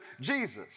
Jesus